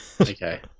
okay